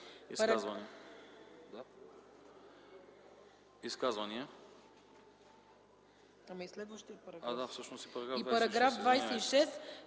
Изказвания?